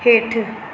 हेठि